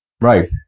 Right